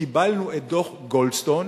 קיבלנו את דוח-גולדסטון,